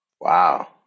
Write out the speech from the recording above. Wow